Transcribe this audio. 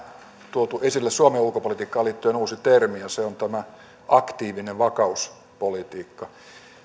tuotu esille suomen ulkopolitiikkaan liittyen uusi termi ja se on tämä aktiivinen vakauspolitiikka